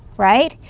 right?